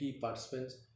participants